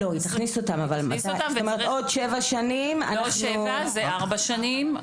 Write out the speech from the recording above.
זה לא שבע שנים, זה ארבע שנים.